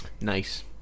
Nice